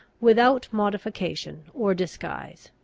without modification or disguise.